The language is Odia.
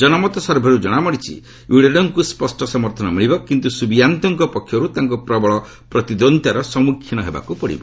ଜନମତ ସର୍ଭେରୁ ଜଣାପଡ଼ିଛି ଓ୍ୱିଡୋଡୋଙ୍କୁ ସ୍ୱଷ୍ଟ ସମର୍ଥନ ମିଳିବ କିନ୍ତୁ ସୁବିଆଙ୍କୋଙ୍କ ପକ୍ଷରୁ ତାଙ୍କୁ ପ୍ରବଳ ପ୍ରତିଦ୍ୱନ୍ଦିତାର ସମ୍ମୁଖୀନ ହେବାକୁ ପଡ଼ିବ